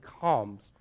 comes